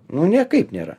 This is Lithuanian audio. nu niekaip nėra